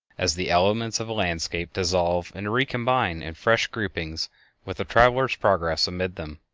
as the elements of a landscape dissolve and recombine in fresh groupings with the traveler's progress amid them.